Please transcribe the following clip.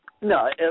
No